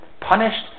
punished